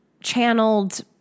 channeled